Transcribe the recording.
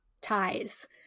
ties